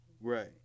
Right